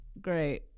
Great